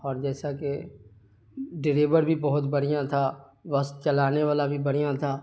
اور جیسا کہ ڈریور بھی بہت بڑھیا تھا بس چلانے والا بھی بڑھیا تھا